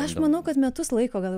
aš manau kad metus laiko gal